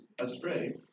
astray